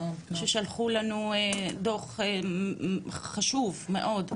הם שלחו לנו דו"ח חשוב מאוד,